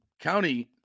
county